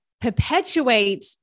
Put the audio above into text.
perpetuate